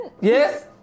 Yes